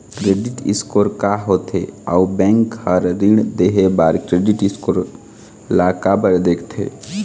Credit score का होथे अउ बैंक हर ऋण देहे बार क्रेडिट स्कोर ला काबर देखते?